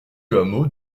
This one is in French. hameau